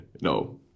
No